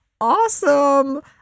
awesome